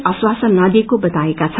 आश्वासन नदिएको बताएको छन्